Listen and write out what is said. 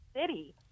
city